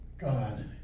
God